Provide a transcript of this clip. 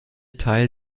teil